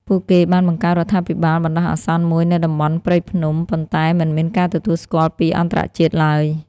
ពួកគេបានបង្កើតរដ្ឋាភិបាលបណ្ដោះអាសន្នមួយនៅតំបន់ព្រៃភ្នំ ប៉ុន្តែមិនមានការទទួលស្គាល់ពីអន្តរជាតិឡើយ។